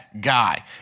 guy